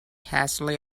hastily